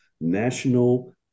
National